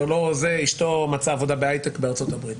אישתו מצאה עבודה בהייטק בארצות-הברית,